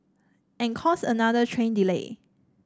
and cause another train delay